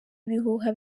ibihuha